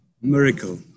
Miracle